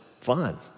fun